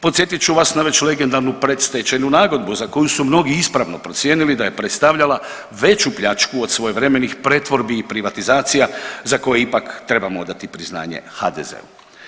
Podsjetit ću vas na već legendarnu predstečajnu nagodbu za koju su mnogi ispravno procijenili da je predstavljala veću pljačku od svojevremenih pretvorbi i privatizacija za koje ipak trebamo odati priznanje HDZ-u.